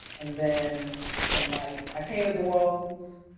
and then some, like i painted the walls,